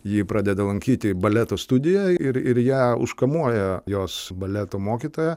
ji pradeda lankyti baleto studiją ir ir ją užkamuoja jos baleto mokytoja